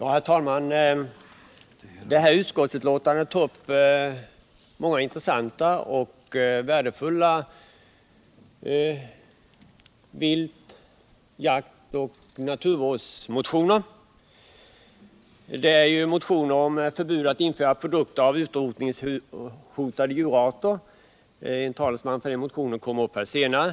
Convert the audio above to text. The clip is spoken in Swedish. Herr talman! I det här utskottsbetänkandet tas det upp många intressanta och värdefulla vilt-, jaktoch naturvårdsmotioner. Det gäller en motion om förbud att införa produkter av utrotningshotade djurarter. En talesman för den motionen kommer att yttra sig senare.